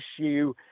issue